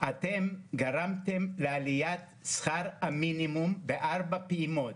אתם גרמתם לעליית שכר המינימום בארבע פעימות.